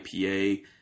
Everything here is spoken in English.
IPA